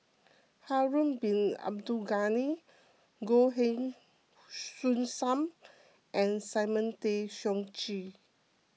Harun Bin Abdul Ghani Goh Heng Soon Sam and Simon Tay Seong Chee